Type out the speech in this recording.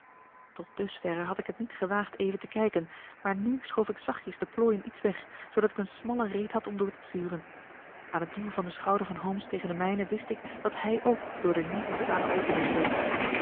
tot dusverre had ik het niet gewaagd even te kijken maar nu schoof ik zachtjes de plooien iets weg zoodat ik een smalle reet had om door te turen aan het duwen van den schouder van holmes tegen den mijne wist ik dat hij ook door de nu ontstane opening keek